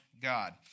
God